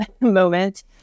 moment